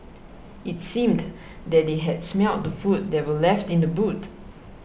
it seemed that they had smelt the food that were left in the boot